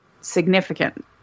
significant